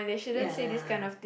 ya lah